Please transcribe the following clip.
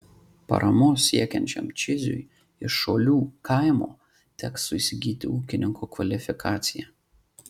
paramos siekiančiam čižiui iš šolių kaimo teks įsigyti ūkininko kvalifikaciją